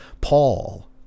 Paul